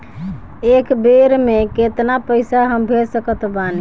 एक बेर मे केतना पैसा हम भेज सकत बानी?